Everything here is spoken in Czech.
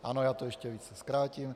Ano, já to ještě více zkrátím.